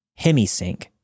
hemisync